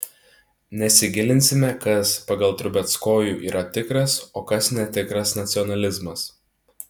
nesigilinsime kas pagal trubeckojų yra tikras o kas netikras nacionalizmas